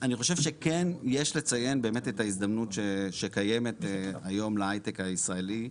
אני חושב שכן יש לציין באמת את ההזדמנות שקיימת היום להיי-טק הישראלי,